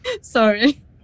Sorry